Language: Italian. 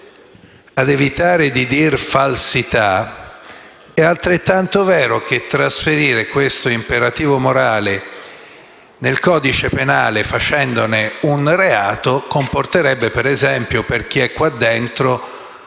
ad evitare di dire falsità, è altrettanto vero che trasferire tale imperativo morale nel codice penale, facendone un reato, comporterebbe, per esempio per chi è qui dentro